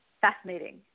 Fascinating